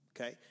Okay